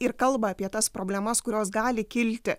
ir kalba apie tas problemas kurios gali kilti